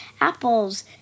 apples